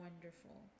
wonderful